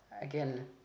Again